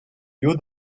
you